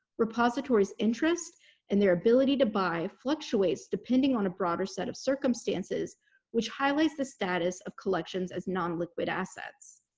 repositories interest and their ability to buy fluctuates depending on a broader set of circumstances which highlights the status of collections as non-liquid assets.